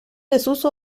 desuso